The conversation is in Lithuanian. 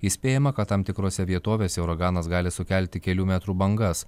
įspėjama kad tam tikrose vietovėse uraganas gali sukelti kelių metrų bangas